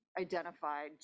identified